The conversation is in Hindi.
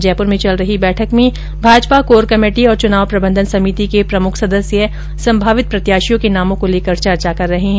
जयपुर में चल रही बैठक में भाजपा कोर कमेटी और चुनाव प्रबंधन समिति के प्रमुख सदस्य संभावित प्रत्याशियों के नामों को लेकर चर्चा कर रहे है